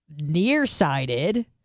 nearsighted